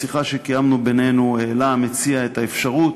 בשיחה שקיימנו בינינו העלה המציע את האפשרות